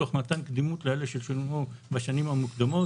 תוך מתן קדימות לאלה ששולמו בשנים המוקדמות.